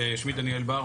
שמי דניאל בר,